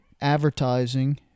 advertising